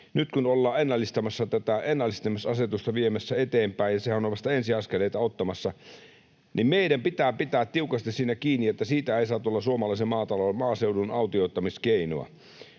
nyt, kun ollaan tätä ennallistamisasetusta viemässä eteenpäin, ja sehän on vasta ensiaskeleita ottamassa, niin meidän pitää pitää tiukasti siitä kiinni, että siitä ei saa tulla suomalaisen maaseudun autioittamiskeinoa.